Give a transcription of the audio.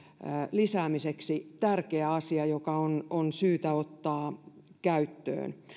lisäämiseksi tärkeä asia joka on on syytä ottaa käyttöön